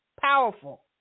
Powerful